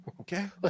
okay